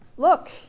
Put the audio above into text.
look